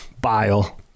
bile